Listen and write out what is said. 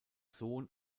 sohn